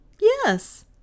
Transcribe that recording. yes